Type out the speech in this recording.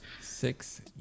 Six